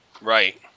right